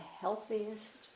healthiest